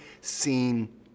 seen